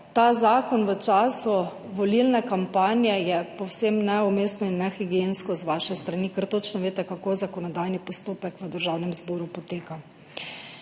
ta zakon v času volilne kampanje, povsem neumestno in nehigiensko z vaše strani, ker točno veste, kako poteka zakonodajni postopek v Državnem zboru.